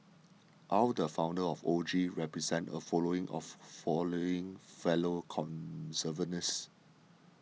aw the founder of O G represented a following of following fellow conservationists